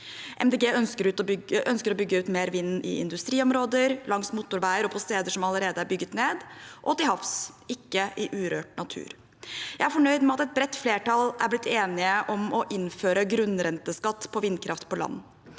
ønsker å bygge ut mer vind i industriområder, langs motorveier og på steder som allerede er bygget ned, og til havs – ikke i urørt natur. Jeg er fornøyd med at et bredt flertall er blitt enig om å innføre grunnrenteskatt på vindkraft på land.